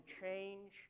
change